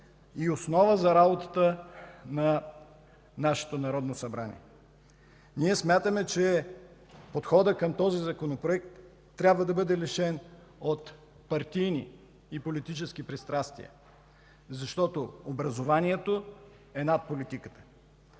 и основа за работата на нашето Народно събрание. Ние смятаме, че подходът към този законопроект трябва да бъде лишен от партийни и политически пристрастия, защото образованието е над политиката.